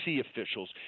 officials